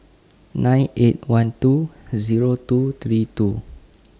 nine eight one two Zero two three two